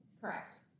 Correct